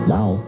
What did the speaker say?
Now